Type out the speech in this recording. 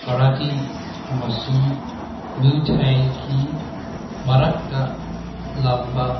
ꯀꯔꯥꯇꯤ ꯑꯃꯁꯨꯡ ꯃꯨꯊꯥꯏꯒꯤ ꯃꯔꯛꯇ ꯂꯝꯕꯥ